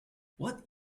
what